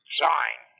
sign